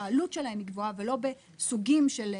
שהעלות שלהם היא גבוהה ולא בסוגים של מחלות.